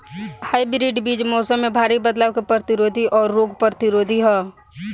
hybrid बीज मौसम में भारी बदलाव के प्रतिरोधी और रोग प्रतिरोधी ह